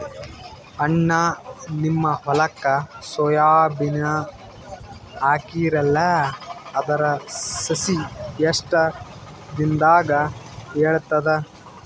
ಅಣ್ಣಾ, ನಿಮ್ಮ ಹೊಲಕ್ಕ ಸೋಯ ಬೀನ ಹಾಕೀರಲಾ, ಅದರ ಸಸಿ ಎಷ್ಟ ದಿಂದಾಗ ಏಳತದ?